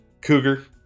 cougar